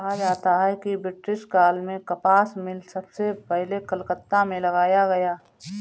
कहा जाता है कि ब्रिटिश काल में कपास मिल सबसे पहले कलकत्ता में लगाया गया